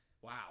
Wow